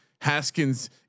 Haskins